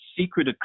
Secret